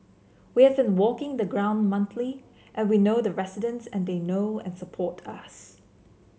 we have walking the ground monthly and we know the residents and they know and support us